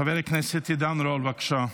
חבר הכנסת עידן רול, בבקשה.